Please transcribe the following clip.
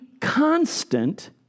constant